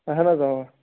اہن حظ اۭں